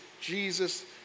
Jesus